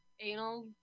anal